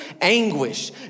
anguish